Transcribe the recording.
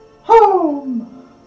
Home